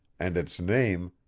and its name,